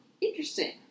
interesting